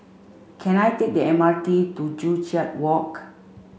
can I take the M R T to Joo Chiat Walk